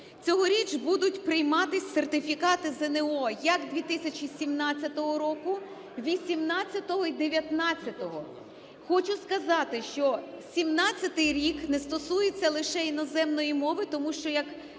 Цьогоріч будуть прийматися сертифікати ЗНО як 2017 року, 2018-го і 2019-го. Хочу сказати, що 2017 рік не стосується лише іноземної мови, тому що, як